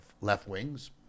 left-wings